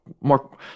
more